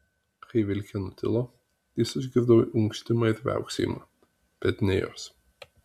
kai vilkė nutilo jis išgirdo unkštimą ir viauksėjimą bet ne jos